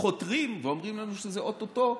חותרים, ואומרים לנו שזה או-טו-טו,